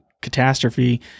catastrophe